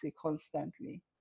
constantly